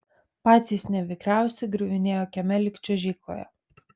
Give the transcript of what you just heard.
patys nevikriausi griuvinėjo kieme lyg čiuožykloje